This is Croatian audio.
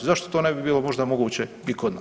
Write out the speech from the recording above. Zašto to ne bi bilo možda moguće i kod nas?